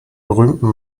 berühmten